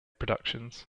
productions